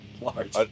large